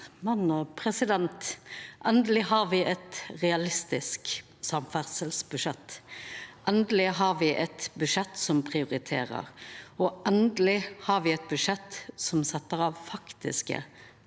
sat med makta. Endeleg har me eit realistisk samferdselsbudsjett. Endeleg har me eit budsjett som prioriterer, og endeleg har me eit budsjett som set av faktiske